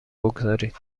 بگذارید